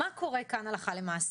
מה קורה כאן הלכה למעשה?